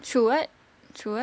through what through what